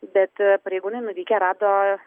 bet pareigūnai nuvykę rado